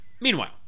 Meanwhile